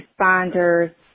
responders